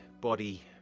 Body